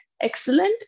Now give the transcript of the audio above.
excellent